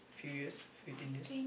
few years fifteen years